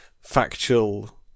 factual